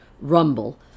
rumble